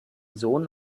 sohn